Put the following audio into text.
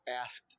asked